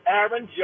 Aaron